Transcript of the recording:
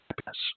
happiness